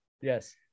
yes